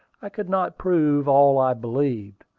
i could not prove all i believed.